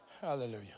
Hallelujah